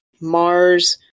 Mars